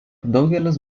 daugelis